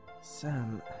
Sam